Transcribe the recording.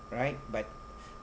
right but